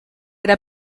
era